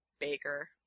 Baker